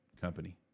company